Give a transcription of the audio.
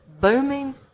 booming